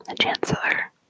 Chancellor